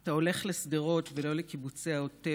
אתה הולך לשדרות, ולא לקיבוצי העוטף,